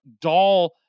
doll